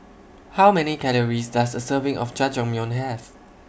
How Many Calories Does A Serving of Jajangmyeon Have